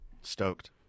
Stoked